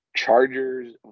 chargers